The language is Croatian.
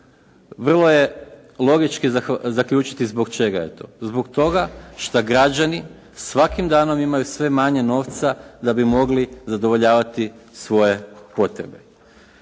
Vrlo je logički zaključiti zbog čega je to? Zbog toga što građani svakim danom imaju sve manje novca da bi mogli zadovoljavati svoje potrebe.